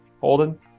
Holden